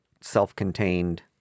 self-contained